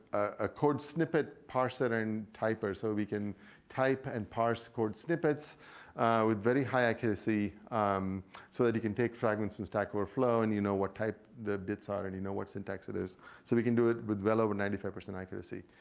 ah code snippet parser and typer. so we can type and parse code snippets with very high accuracy so that you can take fragments in stack overflow, and you know what type the bits are and you know what syntax it is. so we can do it with, well, over ninety five percent accuracy.